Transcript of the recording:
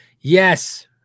Yes